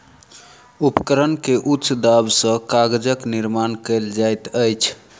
उपकरण के उच्च दाब सॅ कागजक निर्माण कयल जाइत अछि